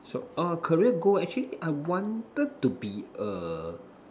so uh career goal actually I wanted to be a